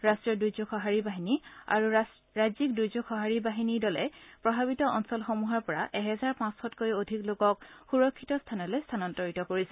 ৰাষ্ট্ৰীয় দূৰ্যোগ সহাৰি বাহিনী আৰু ৰাজ্যিক দূৰ্যোগ সহাৰি বাহিনী দলে বান প্ৰভাৱিত অঞ্চলসমূহৰ পৰা এহেজাৰ পাঁচশতকৈও অধিক লোকক সুৰক্ষিত স্থানলৈ স্থানান্তৰিত কৰিছে